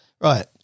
Right